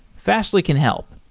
fastly can help.